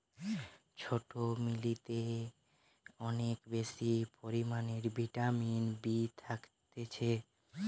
ছোট্ট মিলেতে অনেক বেশি পরিমাণে ভিটামিন বি থাকছে